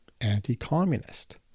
anti-communist